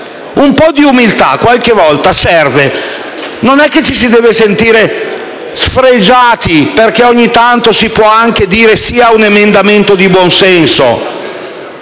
Un po' di umiltà qualche volta serve. Non ci si deve sentire sfregiati se, ogni tanto, si dice sì a un emendamento di buonsenso.